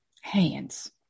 hands